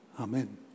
Amen